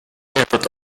этот